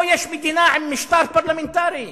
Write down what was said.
פה יש מדינה עם משטר פרלמנטרי תקף,